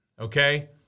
Okay